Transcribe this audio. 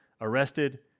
arrested